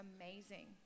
amazing